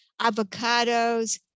avocados